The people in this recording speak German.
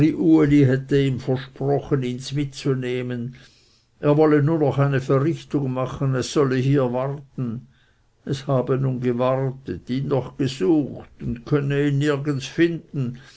hätte ihm versprochen ihns mitzunehmen er wolle nur noch eine verrichtung machen es solle hier warten es habe nun gewartet ihn noch gesucht und könne ihn nirgends finden